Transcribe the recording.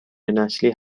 نسلی